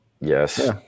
yes